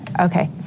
Okay